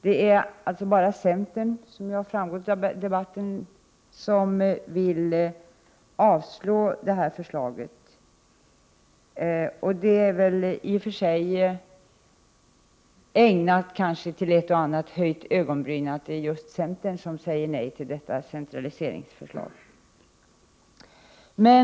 Det är bara centern som vill avslå förslaget. Det kan väl i och för sig ge anledning till ett och annat höjt ögonbryn att det är just centern som säger nej till detta centraliseringsförslag.